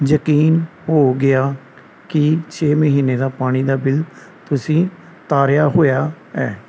ਯਕੀਨ ਹੋ ਗਿਆ ਕਿ ਛੇ ਮਹੀਨੇ ਦਾ ਪਾਣੀ ਦਾ ਬਿੱਲ ਤੁਸੀਂ ਤਾਰਿਆ ਹੋਇਆ ਹੈ